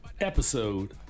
episode